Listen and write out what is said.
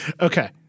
Okay